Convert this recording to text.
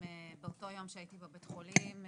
באותו יום שהייתי בבית חולים,